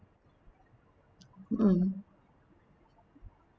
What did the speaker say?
mm